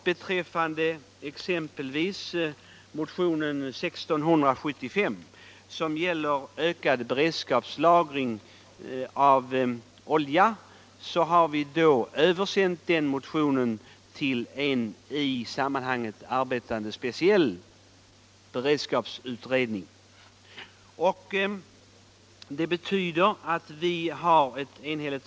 Beträffande motionen 1675, som handlar om ökad beredskapslagring av olja, har vi dock föreslagit, att den skall överlämnas till en arbetande, speciell beredskapsutredning.